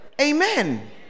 amen